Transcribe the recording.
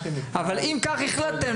אבל אם כך החלטתם,